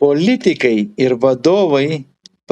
politikai ir vadovai